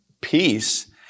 peace